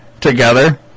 together